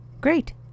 Great